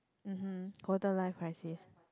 mmhmm quarter life crisis